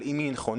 אבל אם היא נכונה,